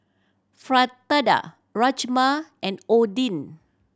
Fritada Rajma and Oden